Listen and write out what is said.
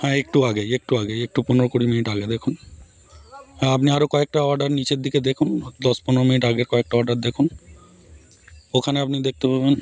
হ্যাঁ একটু আগেই একটু আগেই একটু পনেরো কুড়ি মিনিট আগে দেখুন হ্যাঁ আপনি আরও কয়েকটা অর্ডার নিচের দিকে দেখুন দশ পনেরো মিনিট আগে কয়েকটা অর্ডার দেখুন ওখানে আপনি দেখতে পাবেন